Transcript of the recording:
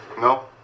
No